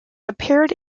appeared